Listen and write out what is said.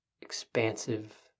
expansive